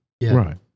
Right